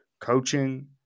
coaching